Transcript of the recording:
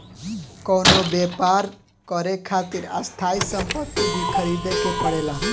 कवनो व्यापर करे खातिर स्थायी सम्पति भी ख़रीदे के पड़ेला